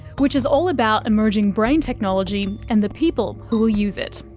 which is all about emerging brain technology and the people who will use it.